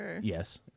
Yes